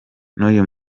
n’uyu